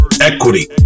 equity